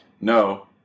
No